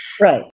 Right